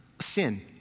sin